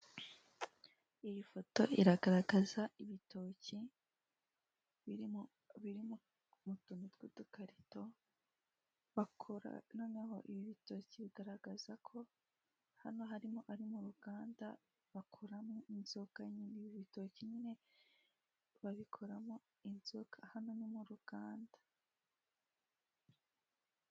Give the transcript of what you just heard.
Iyi foto iragaragaza ibitoki biri mu tuntu tw'udukarito bakora noneho ibi bitoki bigaragaza ko hano harimo ari mu ruganda bakoramo inzoga nyine ibi bitoki nyine babikoramo inzoga hano ni mu ruganda.